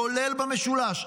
כולל במשולש,